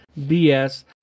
BS